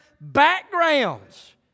backgrounds